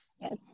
Yes